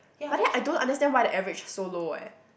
but then I don't understand why the average is so low eh